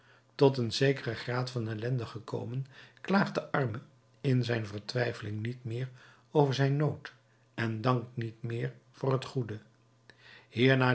tot een zekeren graad van ellende gekomen klaagt de arme in zijn vertwijfeling niet meer over zijn nood en dankt niet meer voor het goede hierna